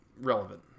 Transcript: relevant